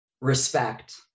Respect